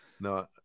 no